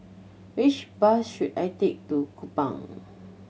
which bus should I take to Kupang